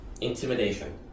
Intimidation